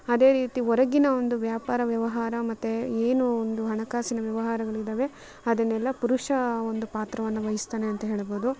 ಅದೇ ರೀತಿ ಹೊರಗಿನ ಒಂದು ವ್ಯಾಪಾರ ವ್ಯವಹಾರ ಮತ್ತೆ ಏನು ಒಂದು ಹಣಕಾಸಿನ ವ್ಯವಹಾರಗಳಿದ್ದಾವೆ ಅದನ್ನೆಲ್ಲ ಪುರುಷ ಒಂದು ಪಾತ್ರವನ್ನು ವಹಿಸ್ತಾನೆ ಅಂತ ಹೇಳ್ಬೋದು